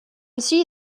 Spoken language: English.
see